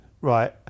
right